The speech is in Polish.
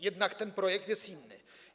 Jednak ten projekt jest inny.